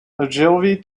ogilvy